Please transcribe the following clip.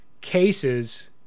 cases